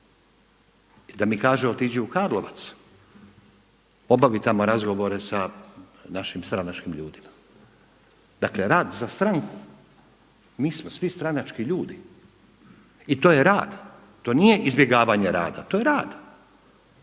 da mi kaže otiđi u Karlovac, obavi tamo razgovore sa našim stranačkim ljudima. Dakle rad za stranku, mi smo svi stranački ljudi i to je rad, to nije izbjegavanje rada, to je rad